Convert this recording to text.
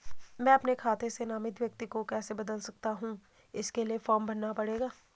मैं अपने खाते से नामित व्यक्ति को कैसे बदल सकता हूँ इसके लिए फॉर्म भरना पड़ेगा?